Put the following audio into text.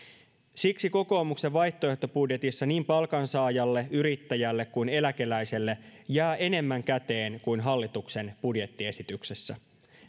siksi kokoomuksen vaihtoehtobudjetissa niin palkansaajalle yrittäjälle kuin eläkeläiselle jää enemmän käteen kuin hallituksen budjettiesityksessä